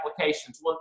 applications